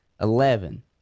eleven